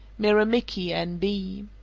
miramichi, n b.